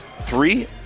three